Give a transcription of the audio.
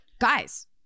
guys